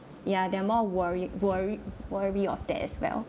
yeah they're are more worried worried worry of that as well